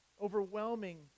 overwhelming